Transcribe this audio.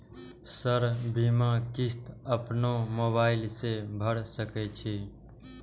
Sir बीमा किस्त अपनो मोबाईल से भर सके छी?